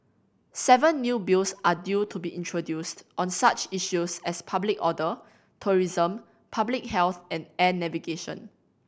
seven new Bills are due to be introduced on such issues as public order tourism public health and air navigation